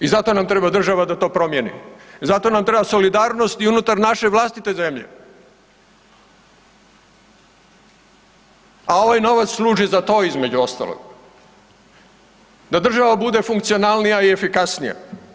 I zato nam treba država da to promijeni, zato nam treba solidarnost i unutar naše vlastite zemlje, a ovaj novac služi za to između ostalog da država bude funkcionalnija i efikasnije.